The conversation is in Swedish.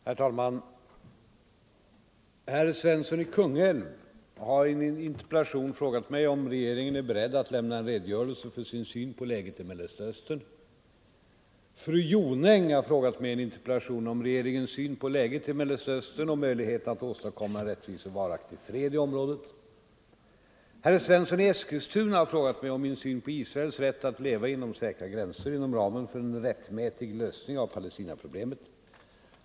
Herr talman! Herr Svensson i Kungälv har i en interpellation frågat mig om regeringen är beredd att lämna en redogörelse för sin syn på läget i Mellersta Östern. Fru Jonäng har frågat mig i en interpellation om regeringens syn på läget i Mellersta Östern och möjligheterna att åstadkomma en rättvis och varaktig fred i området. 121 Herr Svensson i Eskilstuna har frågat mig om min syn på Israels rätt att leva inom säkra gränser inom ramen för en rättmätig lösning av Palestinaproblemet.